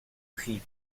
pris